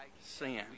sin